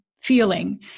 Feeling